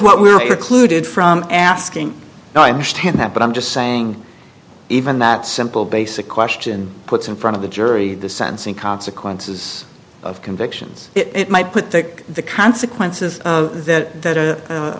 what were your clue did from asking no i understand that but i'm just saying even that simple basic question puts in front of the jury the sense in consequences of convictions it might put take the consequences of that th